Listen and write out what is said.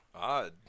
Odd